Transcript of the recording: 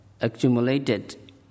Accumulated